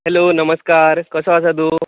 hello नमस्कार कसो आसा तूं